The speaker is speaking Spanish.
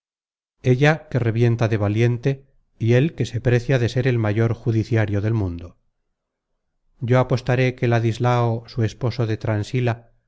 ella que revienta de valiente y él que se precia de ser el mayor judiciario del mundo yo apostaré que ladislao su esposo de transila